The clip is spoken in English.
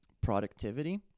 productivity